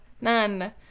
none